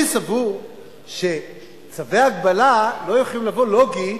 אני סבור שצווי הגבלה לא יכולים לבוא, לוגית,